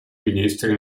ministri